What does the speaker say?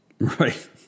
right